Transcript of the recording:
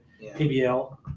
PBL